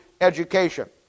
education